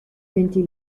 venti